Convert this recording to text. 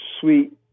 sweet